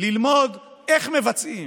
ללמוד איך מבצעים,